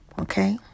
okay